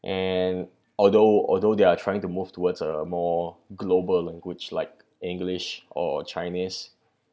and although although they are trying to move towards a more global language like english or chinese